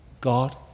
God